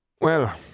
Well